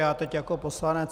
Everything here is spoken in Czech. Já teď jako poslanec.